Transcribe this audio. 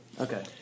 Okay